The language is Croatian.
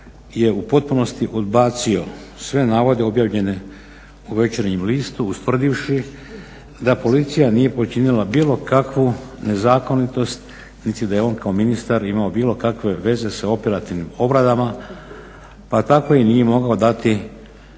je u potpunosti odbacio sve navode objavljene u Večernjem listu, ustvrdivši da policija nije počinila bilo kakvu nezakonitost niti da je on kao ministar imao bilo kakve veze sa operativnim obradama, pa tako im nije mogao dati